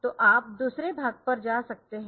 तो आप दूसरे भाग पर जा सकते है